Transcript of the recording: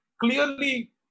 clearly